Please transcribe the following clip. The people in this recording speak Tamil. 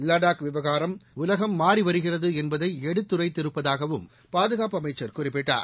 லடாக் விவகாரம் உலகம் மாறி வருகிறது என்பதை எடுத்துரைத்திருப்பதாகவும் பாதுகாப்பு அமைச்சர் குறிப்பிட்டார்